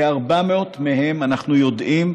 כ-400 מהם, אנחנו יודעים,